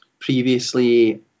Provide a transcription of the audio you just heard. previously